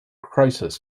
crisis